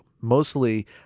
mostly